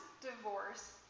divorce